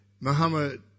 Muhammad